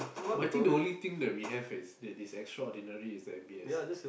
but I think the only thing that we have is that it's extraordinary is the M_B_S